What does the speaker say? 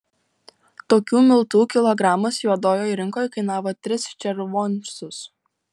tokių miltų kilogramas juodojoj rinkoj kainavo tris červoncus